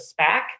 SPAC